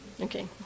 Okay